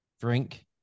drink